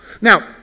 Now